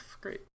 Great